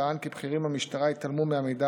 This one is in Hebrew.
טען כי בכירים במשטרה התעלמו מהמידע